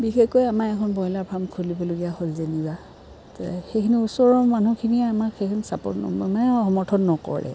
বিশেষকৈ আমাৰ এখন ব্ৰইলাৰ ফাৰ্ম খুলিবলগীয়া হ'ল যেনিবা সেইখিনি ওচৰৰ মানুহখিনিয়ে আমাক সেইখিনি ছাপৰ্ট নকৰে মানে সমৰ্থন নকৰে